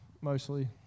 Mostly